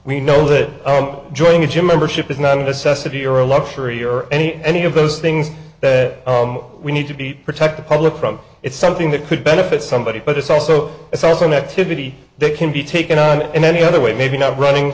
we know that joining a gym membership is not going to sesame or a luxury or any any of those things that we need to be protected public from it's something that could benefit somebody but it's also it's also an activity that can be taken on in any other way maybe not running